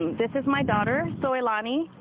this is my daughter so allow me.